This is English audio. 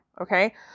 Okay